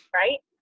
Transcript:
right